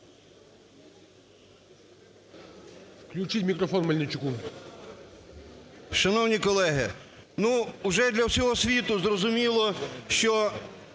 Включіть мікрофон Мельничуку.